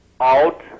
out